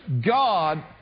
God